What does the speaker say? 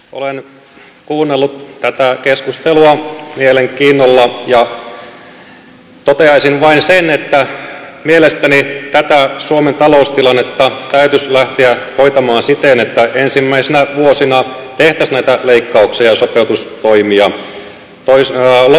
olen kuunnellut tätä keskustelua mielenkiinnolla ja toteaisin vain sen että mielestäni tätä suomen taloustilannetta täytyisi lähteä hoitamaan siten että ensimmäisinä vuosina tehtäisiin näitä leikkauksia ja sopeutustoimia